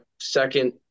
Second